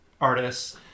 artists